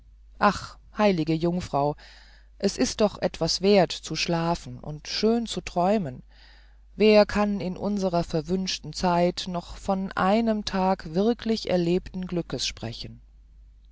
ach heilige jungfrau es ist doch etwas werth zu schlafen und schön zu träumen wer kann in unserer verwünschten zeit noch von einem tage wirklich erlebten glückes sprechen